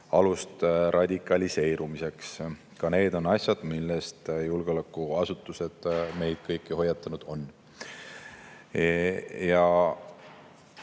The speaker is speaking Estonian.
alust radikaliseerumiseks. Ka need on asjad, mille eest julgeolekuasutused meid kõiki hoiatanud on. Meie